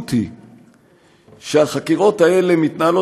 המציאות היא שהחקירות האלה מתנהלות,